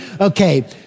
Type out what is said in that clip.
Okay